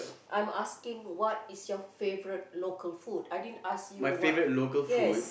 I'm asking what is your favorite local food I didn't ask you what yes